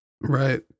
right